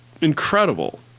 incredible